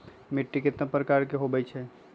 मिट्टी कतना प्रकार के होवैछे?